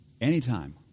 Anytime